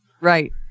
right